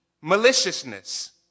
maliciousness